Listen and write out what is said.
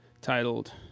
titled